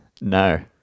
No